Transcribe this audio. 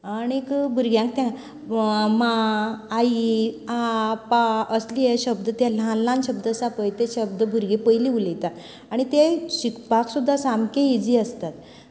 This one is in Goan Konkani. आनीक भुरग्यांक माँ आई आ पा असलीं हे शब्द तें ल्हान ल्हान शब्द आसा पळय तें शब्द भुरगीं पयलीं उलयता आनी तें शिकपाक सुद्दां सामकें इजी आसता